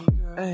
girl